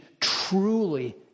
truly